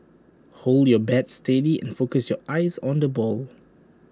hold your bat steady and focus your eyes on the ball